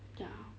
ya